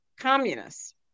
communists